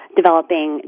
developing